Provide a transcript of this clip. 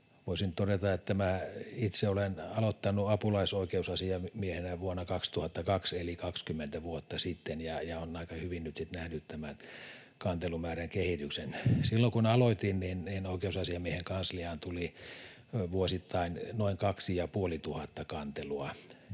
Voisin todeta, että itse olen aloittanut apulaisoikeusasiamiehenä vuonna 2002, eli 20 vuotta sitten, ja olen aika hyvin nyt sitten nähnyt tämän kantelumäärän kehityksen. Silloin kun aloitin, oikeusasiamiehen kansliaan tuli vuosittain noin 2 500 kantelua,